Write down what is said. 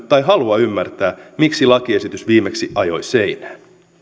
tai eivätkö halua ymmärtää miksi lakiesitys viimeksi ajoi seinään